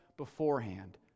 beforehand